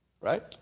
right